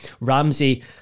Ramsey